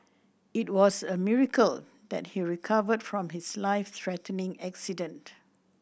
it was a miracle that he recovered from his life threatening accident